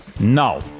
No